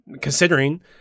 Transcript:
considering